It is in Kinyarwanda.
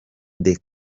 the